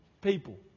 people